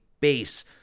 base